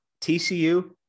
TCU